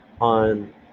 on